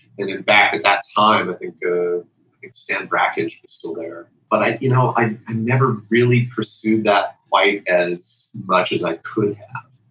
in in fact at that time, i think ah stan brakhage is still there. but i you know i ah never really pursued that quite as much as i could.